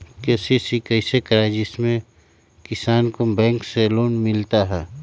KCC कैसे कराये जिसमे किसान को बैंक से लोन मिलता है?